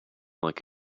like